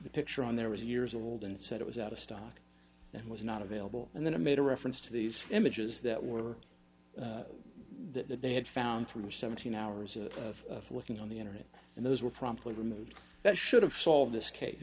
the picture on there was years old and said it was out of stock and was not available and then it made a reference to these images that were that they had found through seventeen hours of working on the internet and those were promptly removed that should have solved this case